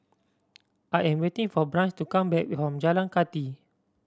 I am waiting for Branch to come back from Jalan Kathi